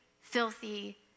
filthy